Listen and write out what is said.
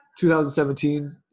2017